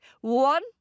One